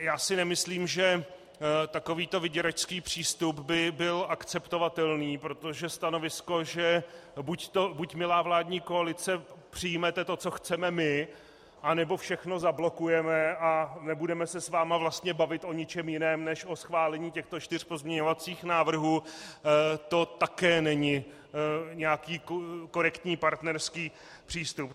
Já si nemyslím, že takovýto vyděračský přístup by byl akceptovatelný, protože stanovisko, že buď, milá vládní koalice, přijmete to, co chceme my, anebo všechno zablokujeme a nebudeme se s vámi bavit o ničem jiném než o schválení těchto čtyř pozměňovacích návrhů, to také není nějaký korektní partnerský přístup.